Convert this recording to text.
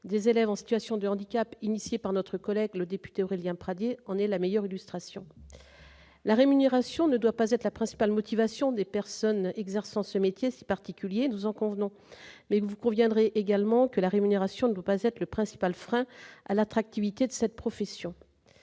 des élèves en situation de handicap, présentée par notre collègue député Aurélien Pradié, en est la meilleure illustration. La rémunération ne doit pas être la principale motivation des personnes exerçant ce métier si particulier, nous en convenons. Mais, vous en conviendrez également, madame la secrétaire d'État, la rémunération ne doit pas être le principal frein à l'attractivité de cette profession.